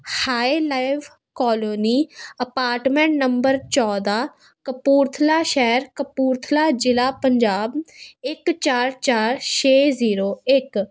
ਹਾਏ live colony apartment number ਚੌਦ੍ਹਾਂ ਕਪੂਰਥਲਾ ਸ਼ਹਿਰ ਕਪੂਰਥਲਾ ਜ਼ਿਲ੍ਹਾ ਪੰਜਾਬ ਇੱਕ ਚਾਰ ਚਾਰ ਛੇ ਜ਼ੀਰੋ ਇੱਕ